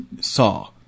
saw